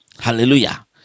Hallelujah